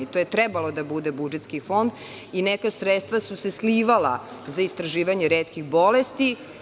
To je trebalo da bude budžetski fond i neka sredstva su se slivala za istraživanje retkih bolesti.